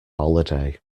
holiday